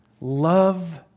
Love